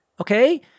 okay